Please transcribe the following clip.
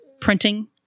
printing